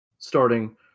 starting